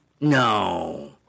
No